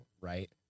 right